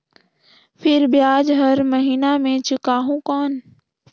फिर ब्याज हर महीना मे चुकाहू कौन?